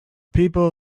people